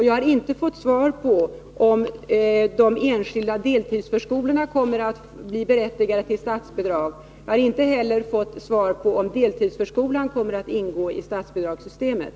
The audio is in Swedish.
Jag har inte fått svar på frågan om de enskilda deltidsförskolorna kommer att bli berättigade till statsbidrag och inte heller på frågan om deltidsförskolan kommer att ingå i statsbidragssystemet.